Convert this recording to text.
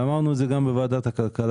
ואמרנו את זה גם בוועדת הכלכלה,